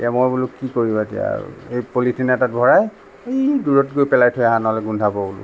এতিয়া মই বোলো কি কৰিবা এতিয়া আৰু এই পলিথিন এটাত ভৰাই সেই দূৰত গৈ পেলাই থৈ আহা নহ'লে গোন্ধাব বোলো